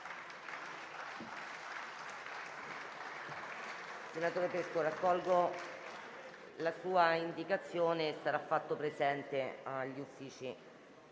Senatore Pesco, raccolgo la sua indicazione, che sarà fatta presente agli Uffici